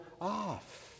off